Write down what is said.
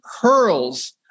hurls